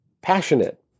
passionate